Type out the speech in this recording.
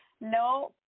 No